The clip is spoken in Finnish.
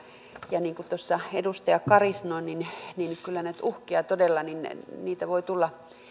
ja niin kuin tuossa edustaja kari sanoi kyllä näitä uhkia todella voi tulla